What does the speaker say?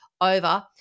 over